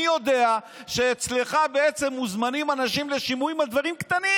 אני יודע שאצלך מוזמנים אנשים לשימועים על דברים קטנים,